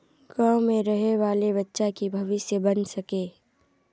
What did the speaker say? गाँव में रहे वाले बच्चा की भविष्य बन सके?